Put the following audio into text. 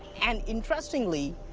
and interestingly,